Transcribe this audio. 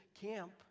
camp